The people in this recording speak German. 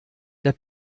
der